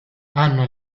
hanno